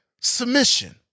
submission